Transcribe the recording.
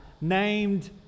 named